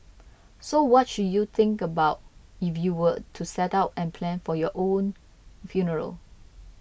so what should you think about if you were to set out and plan for your own funeral